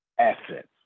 Assets